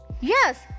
Yes